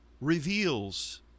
reveals